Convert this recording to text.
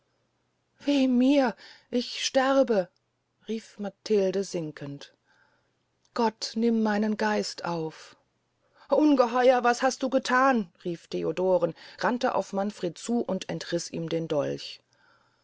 weh mir ich sterbe rief matilde sinkend gott nimm meinen geist auf ungeheuer was hast du gethan rief theodor rannte auf manfred zu und entriß ihm den dolch